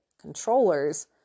controllers